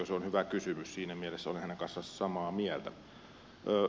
se on hyvä kysymys siinä mielessä olen hänen kanssaan samaa mieltä